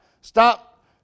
Stop